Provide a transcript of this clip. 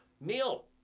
neil